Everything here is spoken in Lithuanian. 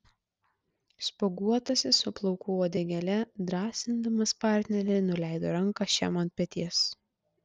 spuoguotasis su plaukų uodegėle drąsindamas partnerį nuleido ranką šiam ant peties